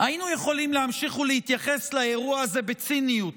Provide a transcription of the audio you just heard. היינו יכולים להמשיך ולהתייחס לאירוע הזה בציניות,